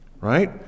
right